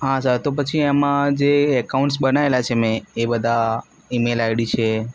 હા સર તો પછી એમાં જે એકાઉન્ટ્સ બનાવેલાં છે મેં એ બધાં ઈમેલ આઈડી છે